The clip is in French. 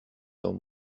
dans